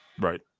Right